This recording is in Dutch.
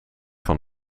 van